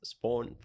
Spawn